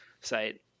site